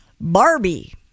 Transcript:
Barbie